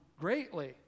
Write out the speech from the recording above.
greatly